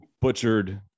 butchered